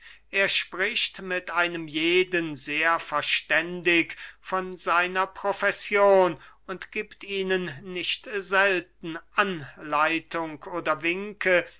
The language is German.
er spricht mit einem jeden sehr verständig von seiner profession und giebt ihnen nicht selten anleitung oder winke